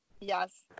Yes